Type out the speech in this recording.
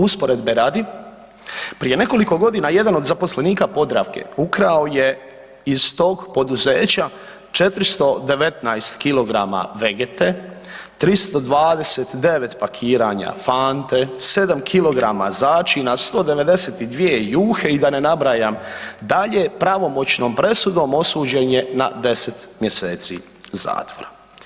Usporedbe radi, prije nekoliko godina jedan od zaposlenika Podravke ukrao je iz tog poduzeća 419kg Vegete, 329 pakiranja Fante, 7kg začina, 192 juhe i da ne nabrajam dalje, pravomoćnom presudom osuđen je na deset mjeseci zatvora.